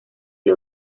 les